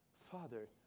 Father